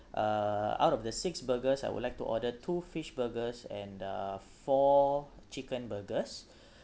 uh out of the six burgers I would like to order two fish burgers and uh four chicken burgers